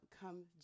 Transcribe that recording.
come